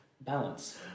Balance